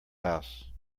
house